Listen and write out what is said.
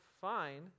fine